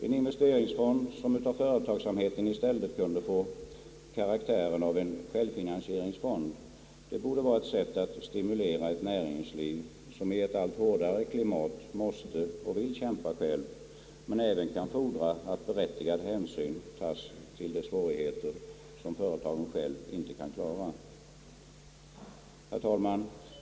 En investeringsfond, som för företagsamheten i stället kunde få karaktären av en självfinansieringsfond, borde vara ett sätt att stimulera ett näringsliv, som i ett allt hårdare klimat måste och vill kämpa självt, men som även kan fordra att berättigad hänsyn tas till de svårigheter som företagen själva inte kan klara. Herr talman!